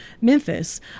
Memphis